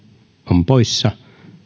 on poissa